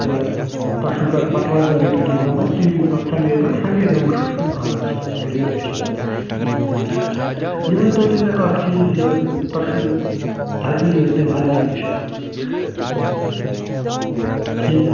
تہٕ تۄہہِ چھُو کہ بَٹوارِ دۄہ رٔٹِو تُہۍ نَمبَر تُہۍ یِیِو پَتہٕ سنٛڈے دۄہ سنٛڈے دۄہ وٕچھُو أسۍ تُہۍ آرام سان دٔلیٖلَے چھےٚ تہٕ دٔلیٖل کیٛاہ چھِ یہِ ؤنۍتو تُہۍ مےٚ اَکھ چیٖز یہِ تۄہہِ چھُو دَگٕے یٲژ کِنہٕ لَگان تہِ چھِ منٛزٕ یعنی کہِ یہِ